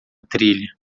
trilha